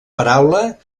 paraula